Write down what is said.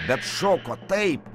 bet šoko taip